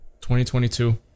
2022